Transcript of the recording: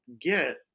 get